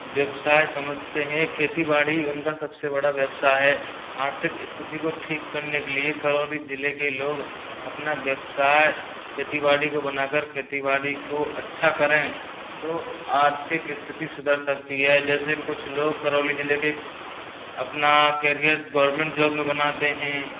व्यवसाय समझते हैं खेती बाड़ी उनका सबसे बड़ा व्यवसाय है आर्थिक स्थिति को ठीक करने के लिए करौली ज़िले के लोग अपना व्यवसाय खेती बाड़ी को बना कर खेती बड़ी को अच्छा करें तो आर्थिक स्थिति सुधर सकती है जैसे कुछ लोग करौली ज़िले के अपना कैरियर गोवर्मेंट जॉब में बनाते हैं